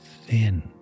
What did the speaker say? thin